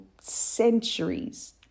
centuries